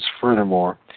Furthermore